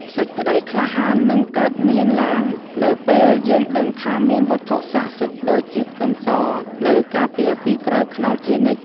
សេចក្តីក្លាហាននឹងកើតមានឡើងនៅពេលយើងដឹងថាមានវត្ថុស័ក្តិសិទ្ធិដូចជាខ្ទឹមសនៅការពារពីក្រោយខ្នងជានិច្ច។